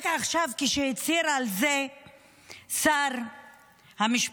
רק עכשיו כשהצהיר על זה שר המשפטים?